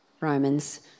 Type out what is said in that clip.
Romans